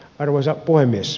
arvoisa puhemies